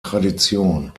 tradition